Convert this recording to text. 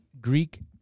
Greek